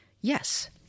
Yes